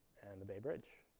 and the bay bridge.